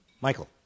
Michael